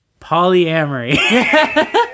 Polyamory